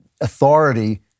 authority